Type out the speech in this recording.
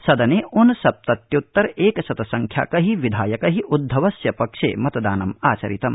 सदने ऊनसप्तच्युत्तर एक शत संख्याकै विधायक उद्धवस्य पक्षे मतदानमाचरितम्